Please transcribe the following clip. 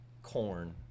Corn